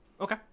Okay